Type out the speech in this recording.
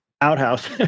outhouse